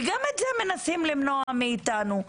וגם את זה מנסים למנוע מאתנו.